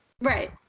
Right